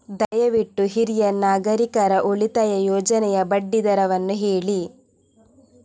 ದಯವಿಟ್ಟು ಹಿರಿಯ ನಾಗರಿಕರ ಉಳಿತಾಯ ಯೋಜನೆಯ ಬಡ್ಡಿ ದರವನ್ನು ಹೇಳಿ